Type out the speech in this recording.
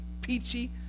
peachy